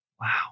Wow